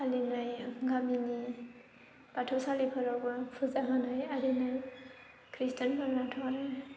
फालिनाय गामिनि बाथौ सालिफोरावबो फुजा होनाय आरिनाय खृष्टानफोरनाथ' आरो